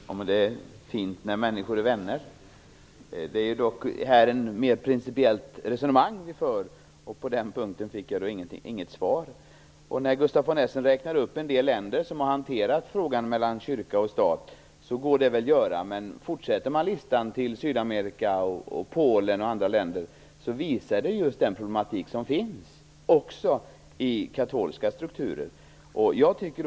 Fru talman! Det är fint när människor är vänner. Vi för dock ett mer principiellt resonemang. Men på den punkten fick jag inget svar. Gustaf von Essen räknade upp en del länder som har hanterat frågan om kyrka och stat. Utvidgar man listan till Sydamerika, Polen och andra länder finns där just den problematiken också i katolska strukturer.